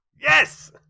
Yes